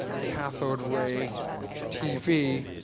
cathode ray tv,